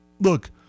look